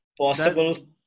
possible